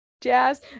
jazz